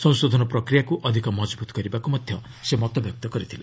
ସଂଶୋଧନ ପ୍ରକ୍ରିୟାକୁ ଅଧିକ ମଜବୁତ୍ କରିବାକୁ ମଧ୍ୟ ସେ ମତ ଦେଇଥିଲେ